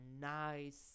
nice